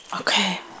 Okay